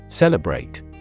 Celebrate